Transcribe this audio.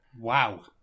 wow